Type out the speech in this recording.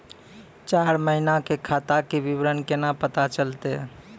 चार महिना के खाता के विवरण केना पता चलतै?